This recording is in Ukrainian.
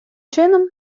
чином